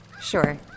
Sure